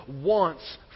wants